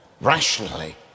rationally